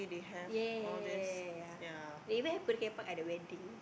ya ya ya ya ya ya ya ya they even have <malay<kuda kepang at the wedding